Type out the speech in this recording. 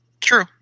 True